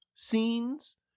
scenes